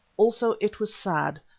also it was sad,